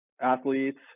athletes